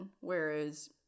whereas